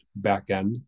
backend